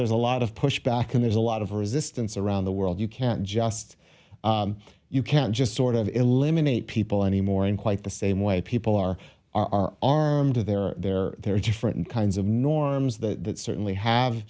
there's a lot of pushback and there's a lot of resistance around the world you can't just you can't just sort of eliminate people anymore in quite the same way people are are armed are there they're there are different kinds of norms the certainly have